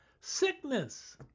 Sickness